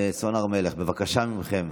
וסון הר מלך, בבקשה מכם.